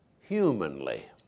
humanly